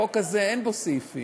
בחוק הזה אין סעיפים.